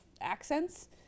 accents